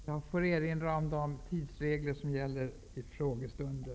Jag får erinra om de tidsregler som gäller vid frågestunder.